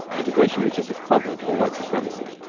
integration was just a cover for white supremacy